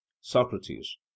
Socrates